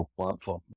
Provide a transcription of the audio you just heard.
platform